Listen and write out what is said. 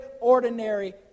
ordinary